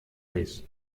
vez